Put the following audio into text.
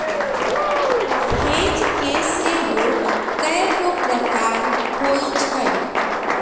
hedge के सेहो कएगो प्रकार होइ छै